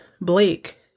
Blake